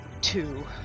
two